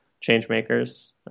changemakers